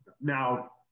now